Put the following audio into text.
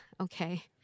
okay